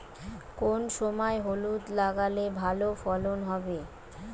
কোন সময় হলুদ লাগালে ভালো ফলন হবে?